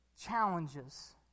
challenges